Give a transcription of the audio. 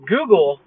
Google